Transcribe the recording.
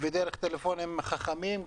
ודרך טלפונים חכמים.